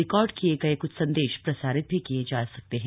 record किए गए क्छ संदेश प्रसारित भी किए जा सकते हैं